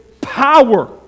power